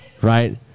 Right